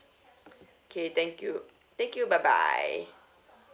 okay thank you thank you bye bye